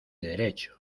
derecho